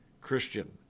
Christian